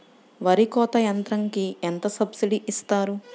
వరి కోత యంత్రంకి ఎంత సబ్సిడీ ఇస్తారు?